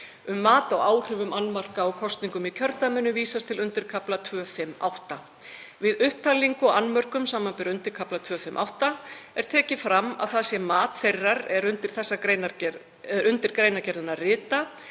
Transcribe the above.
Um mat á áhrifum annmarka á kosningum í kjördæminu vísast til undirkafla 2.5.8. Við upptalningu á annmörkum, samanber undirkafla 2.5.8, er tekið fram að það sé mat þeirra er undir greinargerðina rita